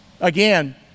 Again